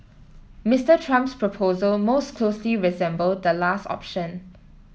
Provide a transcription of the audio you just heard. Mister Trump's proposal most closely resembled the last option